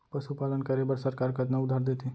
पशुपालन करे बर सरकार कतना उधार देथे?